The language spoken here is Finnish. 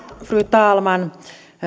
fru talman